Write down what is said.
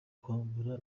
kwambara